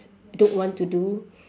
don't want to do